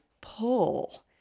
pull